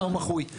אז